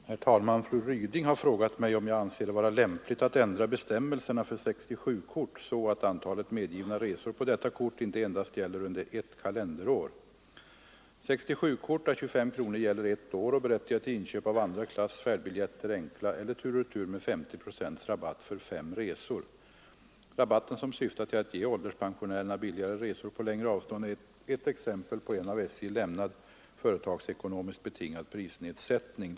Herr talman! Fru Ryding har frågat mig om jag anser det vara lämpligt att ändra bestämmelserna för 67-kort så, att antalet medgivna resor på detta kort inte endast gäller under ett kalenderår. 67-kort å 25 kronor gäller ett år och berättigar till inköp av andra klass färdbiljetter, enkla eller tur och retur med 50 procent rabatt för fem resor. Rabatten, som syftar till att ge ålderspensionärerna billigare resor på längre avstånd, är ett exempel på en av SJ lämnad, företagsekonomiskt betingad prisnedsättning.